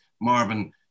Marvin